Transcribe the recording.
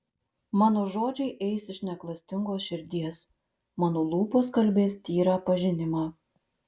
mano žodžiai eis iš neklastingos širdies mano lūpos kalbės tyrą pažinimą